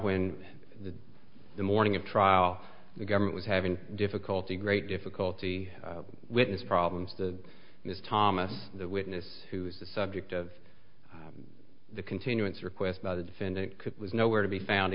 when the morning of trial the government was having difficulty great difficulty witness problems the ms thomas the witness who is the subject of the continuance request by the defendant could was nowhere to be found